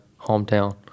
hometown